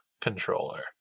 controller